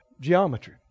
geometry